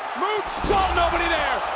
moonsault nobody there,